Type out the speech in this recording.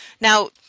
Now